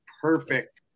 perfect